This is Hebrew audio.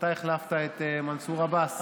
אתה החלפת את מנסור עבאס.